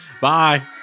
Bye